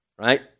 right